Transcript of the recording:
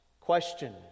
Question